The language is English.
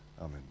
Amen